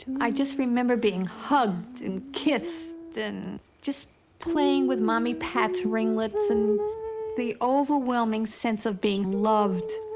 i just remember being hugged, and kissed, and just playing with mommy pat's ringlets, and the overwhelming sense of being loved.